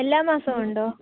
എല്ലാ മാസവും ഉണ്ടോ